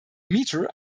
metre